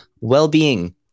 well-being